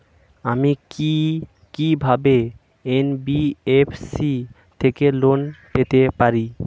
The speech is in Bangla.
আমি কি কিভাবে এন.বি.এফ.সি থেকে লোন পেতে পারি?